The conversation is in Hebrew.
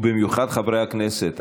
ובמיוחד חברי הכנסת.